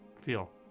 feel